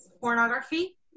pornography